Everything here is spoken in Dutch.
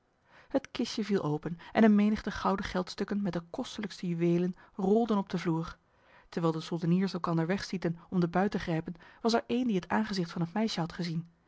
het kistje viel open en een menigte gouden geldstukken met de kostelijkste juwelen rolden op de vloer terwijl de soldeniers elkander wegstieten om de buit te grijpen was er een die het aangezicht van het meisje had gezien